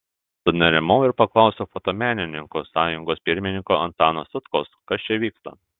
sunerimau ir paklausiau fotomenininkų sąjungos pirmininko antano sutkaus kas čia vyksta